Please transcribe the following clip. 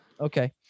Okay